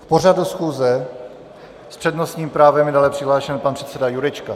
K pořadu schůze s přednostním právem je dále přihlášen pan předseda Jurečka.